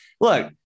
look